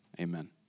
Amen